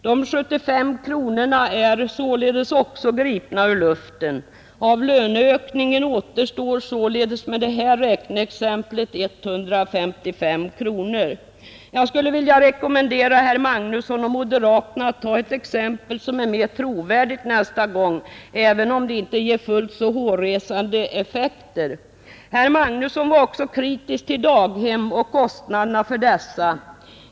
De 75 kronorna är således också gripna ur luften. Av löneökningen återstår sedan med detta räkneexempel 155 kronor. Jag skulle vilja rekommendera herr Magnusson och moderaterna att nästa gång ta ett exempel som är mer trovärdigt även om det inte ger fullt så hårresande effekter. Herr Magnusson var också kritisk till daghemmen och kostnaderna för dessa.